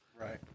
Right